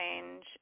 change